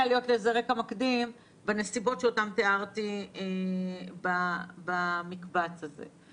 להיות לזה רקע מקדים בנסיבות שאותן תיארתי במקבץ הזה.